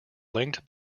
linked